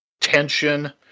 tension